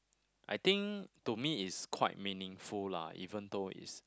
I think to me is quite meaningful lah even though is